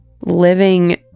living